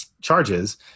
charges